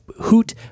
hoot